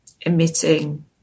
emitting